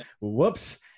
whoops